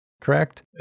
correct